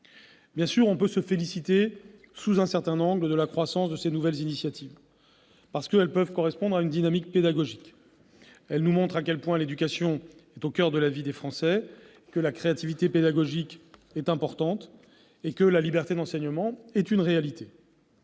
Bien sûr, nous pouvons nous féliciter, sous un certain angle, de la croissance de ces nouvelles initiatives, car elles peuvent correspondre à une dynamique pédagogique qui nous montre à quel point l'éducation est un sujet au coeur de la vie des Français, que la créativité pédagogique est très dynamique en France et que la liberté d'enseignement est une réalité.